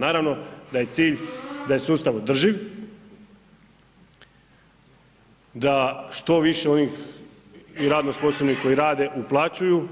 Naravno da je cilj da je sustav održiv, da što više onih i radno sposobnih koji rade uplaćuju